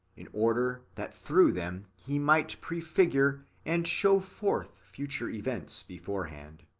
in order that through them he might prefigure and show forth future events beforehand.